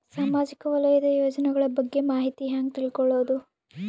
ಸಾಮಾಜಿಕ ವಲಯದ ಯೋಜನೆಗಳ ಬಗ್ಗೆ ಮಾಹಿತಿ ಹ್ಯಾಂಗ ತಿಳ್ಕೊಳ್ಳುದು?